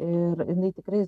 ir jinai tikrai